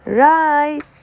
，right